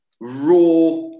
raw